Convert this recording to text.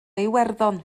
iwerddon